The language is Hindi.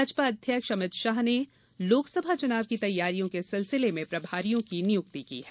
भाजपा अध्यक्ष अमित शाह ने लोकसभा चुनाव की तैयारियों के सिलसिले में प्रभारियों की नियुक्ति की है